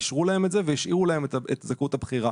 אישרו להם את זה והשאירו להם את זכות הבחירה.